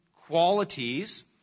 qualities